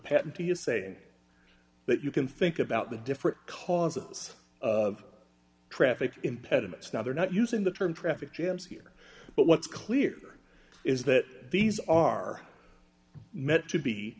patentee is say that you can think about the different causes of traffic impediments now they're not using the term traffic jams here but what's clear is that these are meant to be